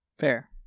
Fair